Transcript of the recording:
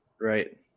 Right